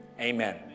Amen